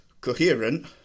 Coherent